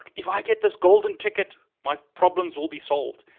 if i get this golden ticket my problems will be solved.